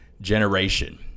generation